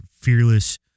fearless